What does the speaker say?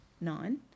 Nine